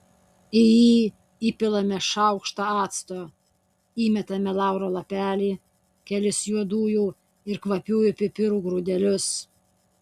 į jį įpilame šaukštą acto įmetame lauro lapelį kelis juodųjų ir kvapiųjų pipirų grūdelius